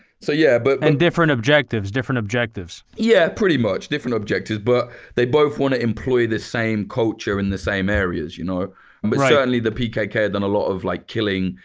so yeah, but and different objectives, different objectives. yeah, pretty much different objectives, but they both want to employ this same culture in the same areas, you know but certainly the pkk has done a lot of like killing,